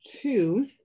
two